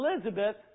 Elizabeth